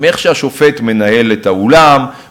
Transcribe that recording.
מהאופן שבו השופט מנהל את האולם,